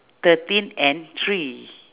thirteen and three